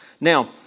Now